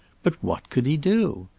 but what could he do?